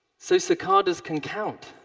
so cicadas can count.